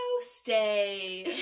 stay